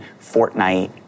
Fortnite